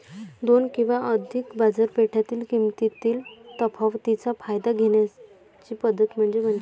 दोन किंवा अधिक बाजारपेठेतील किमतीतील तफावतीचा फायदा घेण्याची पद्धत म्हणजे पंचाईत